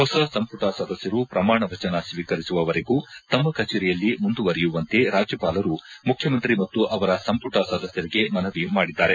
ಹೊಸ ಸಂಪುಟ ಸದಸ್ಯರು ಪ್ರಮಾಣ ವಚನ ಸ್ವೀಕರಿಸುವವರೆಗೂ ತಮ್ಮ ಕಚೇರಿಯಲ್ಲಿ ಮುಂದುರುವರಿಯುವಂತೆ ರಾಜ್ಯಪಾಲರು ಮುಖ್ಯಮಂತ್ರಿ ಮತ್ತು ಅವರ ಸಂಮಟ ಸದಸ್ತರಿಗೆ ಮನವಿ ಮಾಡಿದ್ದಾರೆ